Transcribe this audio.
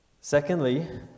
Secondly